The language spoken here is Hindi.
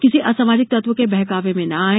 किसी असामाजिक तत्व के बहकावे में न आये